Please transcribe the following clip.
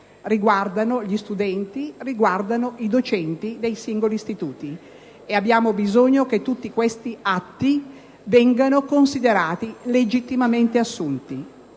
riguardano gli studenti e i docenti dei singoli istituti e abbiamo bisogno che tutti questi atti vengano considerati assunti